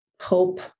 hope